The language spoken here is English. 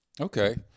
Okay